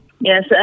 yes